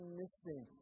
missing